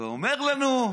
אומר לנו,